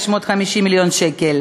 550 מיליון שקל,